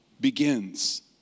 begins